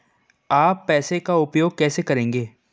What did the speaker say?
आप पैसे का उपयोग कैसे करेंगे?